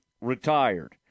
retired